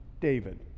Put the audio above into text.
David